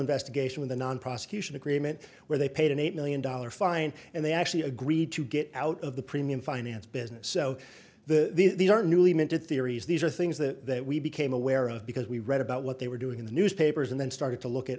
investigation in the non prosecution agreement where they paid an eight million dollar fine and they actually agreed to get out of the premium finance business so the these are newly minted theories these are things that we became aware of because we read about what they were doing in the newspapers and then started to look at